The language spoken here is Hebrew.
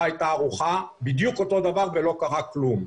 הייתה ערוכה בדיוק אותו דבר ולא קרה כלום.